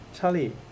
Charlie